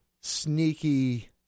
sneaky